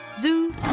Zoo